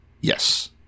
Yes